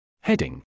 Heading